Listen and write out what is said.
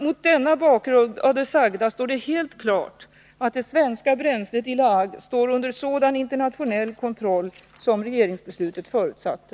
Mot bakgrund av det sagda står det helt klart att det svenska bränslet i La Hague står under sådan internationell kontroll som regeringsbeslutet förutsatte.